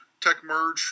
techmerge